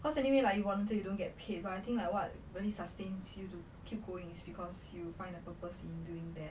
cause anyway like you wanted to you don't get paid but I think like what really sustains you to keep going is because you find the purpose in doing that